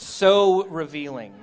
so revealing